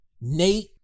Nate